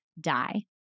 Die